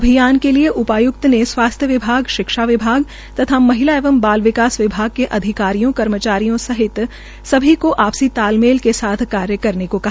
अभियान के लिये उपाय्क्त ने स्वास्थ्य विभाग शिक्षा विभाग तथा महिला एवं बाल विकास विभाग के अधिकारियों कर्मचारियों सहित सभी को आपसी तालमेल के साथ कार्य करने को कहा